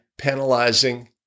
penalizing